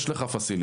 יש לך מתקן,